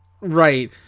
Right